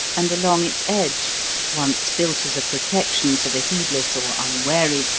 and along its edge once built as a protection for the heedless or unwary,